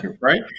Right